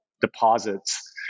deposits